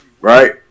Right